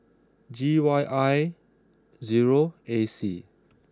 G Y I zero A C